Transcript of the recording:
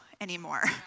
anymore